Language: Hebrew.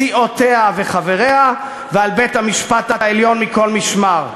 סיעותיה וחבריה ועל בית-המשפט העליון מכל משמר.